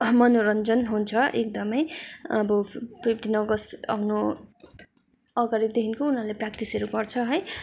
मनोरञ्जन हुन्छ एकदमै अब फिप्टिन अगस्त आउनु अगाडिदेखिको उनीहरूले प्र्याक्टिसहरू गर्छ है